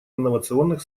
инновационных